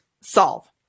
solve